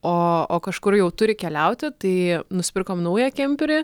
o o kažkur jau turi keliauti tai nusipirkom naują kemperį